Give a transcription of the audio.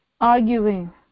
arguing